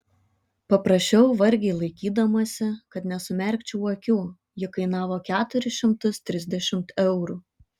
paprašiau vargiai laikydamasi kad nesumerkčiau akių ji kainavo keturis šimtus trisdešimt eurų